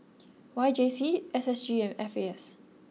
Y J C S S G and F A S